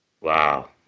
Wow